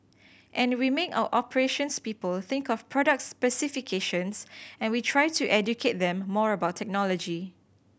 and we make our operations people think of product specifications and we try to educate them more about technology